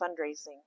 fundraising